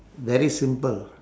very simple